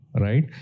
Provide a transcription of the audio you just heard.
right